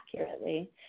accurately